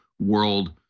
world